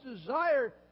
desire